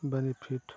benefit